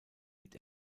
mit